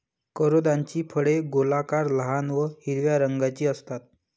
करोंदाची फळे गोलाकार, लहान व हिरव्या रंगाची असतात